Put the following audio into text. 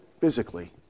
physically